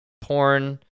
porn